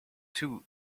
two